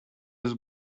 eus